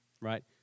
right